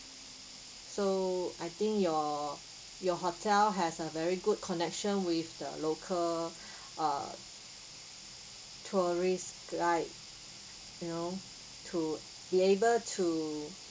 so I think your your hotel has a very good connection with the local uh tourists guide you know to be able to